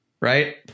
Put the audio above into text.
right